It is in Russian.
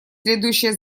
следующие